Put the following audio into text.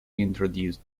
introduced